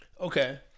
Okay